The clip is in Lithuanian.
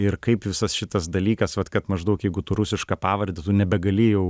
ir kaip visas šitas dalykas vat kad maždaug jeigu tu rusiška pavarde tu nebegali jau